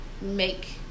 make